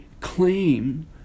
claim